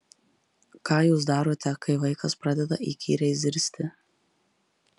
ką jūs darote kai vaikas pradeda įkyriai zirzti